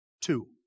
Two